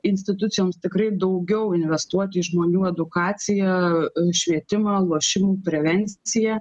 institucijoms tikrai daugiau investuoti į žmonių edukaciją švietimą lošimų prevenciją